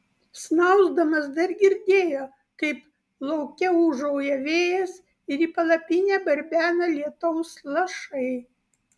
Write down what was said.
snausdamas dar girdėjo kaip lauke ūžauja vėjas ir į palapinę barbena lietaus lašai